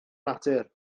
natur